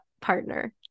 partner